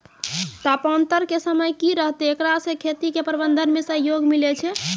तापान्तर के समय की रहतै एकरा से खेती के प्रबंधन मे सहयोग मिलैय छैय?